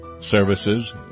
services